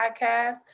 podcast